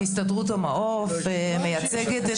הסתדרות המעו"ף מייצגת כל הסייעות.